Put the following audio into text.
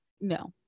no